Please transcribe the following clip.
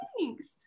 Thanks